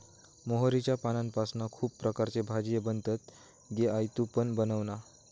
मोहरीच्या पानांपासना खुप प्रकारचे भाजीये बनतत गे आई तु पण बनवना